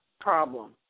problem